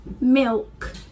milk